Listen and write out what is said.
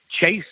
Chase